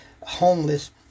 homeless